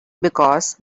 because